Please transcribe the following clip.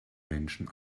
menschen